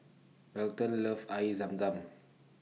Belton loves Air Zam Zam